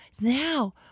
now